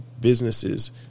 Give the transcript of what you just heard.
businesses